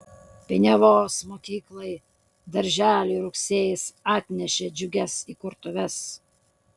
piniavos mokyklai darželiui rugsėjis atnešė džiugias įkurtuves